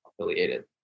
affiliated